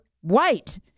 white